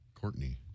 Courtney